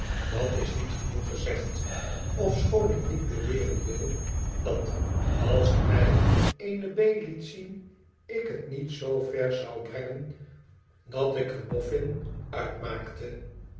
dat is niet genoeg gezegd ofechoon ik niet beweren wil dat als ge mij eene b liet zien ik t niet zoo ver zou brengen dat ik er boffin uit maakte